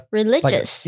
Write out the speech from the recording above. religious